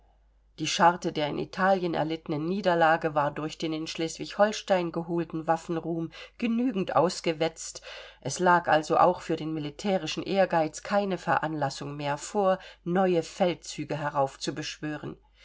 die scharte der in italien erlittenen niederlage war durch den in schleswig holstein geholten waffenruhm genügend ausgewetzt es lag also auch für den militärischen ehrgeiz keine veranlassung mehr vor neue feldzüge heraufzubeschwören